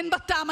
אין בה טעם.